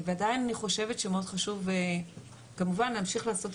עדיין אני חושבת שמאוד חשוב כמובן להמשיך לעשות